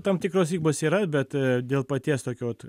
tam tikros ribos yra bet dėl paties tokio vat